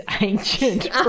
ancient